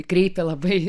kreipė labai